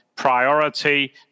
Priority